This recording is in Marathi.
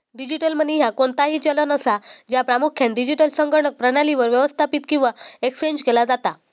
डिजिटल मनी ह्या कोणताही चलन असा, ज्या प्रामुख्यान डिजिटल संगणक प्रणालीवर व्यवस्थापित किंवा एक्सचेंज केला जाता